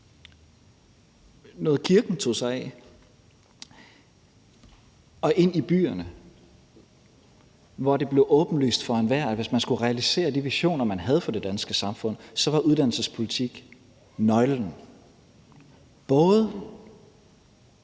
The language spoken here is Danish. noget, kirken tog sig af. De flyttede ind til byerne, hvor det blev åbenlyst for enhver, at hvis man skulle realisere de visioner, man havde, for det danske samfund, så var uddannelsespolitik nøglen,